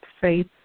Faith